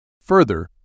Further